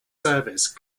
service